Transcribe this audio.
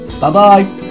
Bye-bye